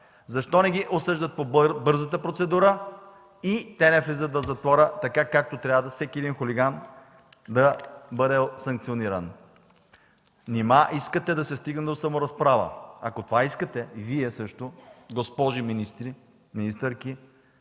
Защо не ги осъждат по бързата процедура и те не влизат в затвора, така както трябва всеки един хулиган да бъде санкциониран? Нима искате да се стигне до саморазправа? Ако това искате, и Вие също, госпожи министърки,